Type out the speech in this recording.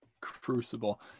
Crucible